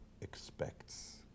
expects